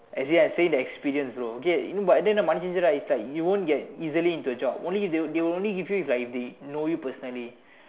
as in I saying the experience bro okay you know but then the money changer right is like you won't get easily into the job only they they will only give you if they know you personally